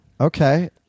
Okay